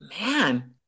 man